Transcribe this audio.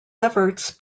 efforts